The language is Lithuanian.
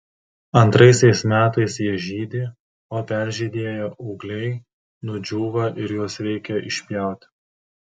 antraisiais metais jie žydi o peržydėję ūgliai nudžiūva ir juos reikia išpjauti